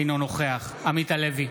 אינו נוכח עמית הלוי,